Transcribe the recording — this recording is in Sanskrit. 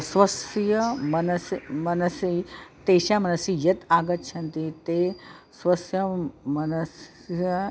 स्वस्य मनसि मनसि तेषां मनसि यत् आगच्छन्ति ते स्वस्य मनसः